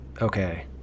Okay